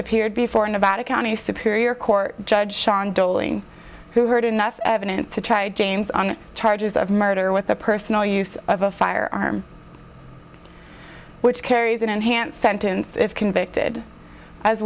appeared before a nevada county superior court judge sean doli who heard enough evidence to try james on charges of murder with the personal use of a firearm which carries an enhanced sentence if convicted as